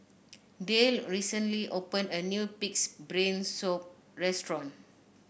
Dayle recently opened a new pig's brain soup restaurant